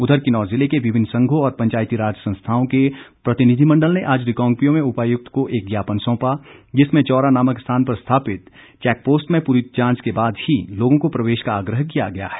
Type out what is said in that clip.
उधर किन्नौर जिले के विभिन्न संघों और पंचायतीराज संस्थाओं के प्रतिनिधिमंडल ने आज रिकांगपिओ में उपायुक्त को एक ज्ञापन सौंपा जिसमें चौरा नामक स्थान पर स्थापित चैकपोस्ट में पूरी जांच के बाद ही लोगों को प्रवेश का आग्रह किया गया है